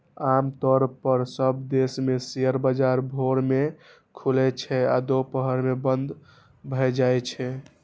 आम तौर पर सब देश मे शेयर बाजार भोर मे खुलै छै आ दुपहर मे बंद भए जाइ छै